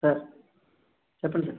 sir చెప్పండి sir